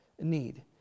need